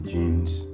Jeans